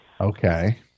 Okay